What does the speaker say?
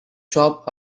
shop